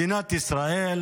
מדינת ישראל,